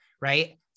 right